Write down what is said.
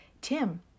Tim